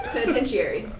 Penitentiary